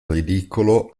ridicolo